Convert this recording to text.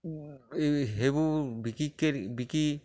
এই সেইবোৰ বিক্ৰী কৰি বিকি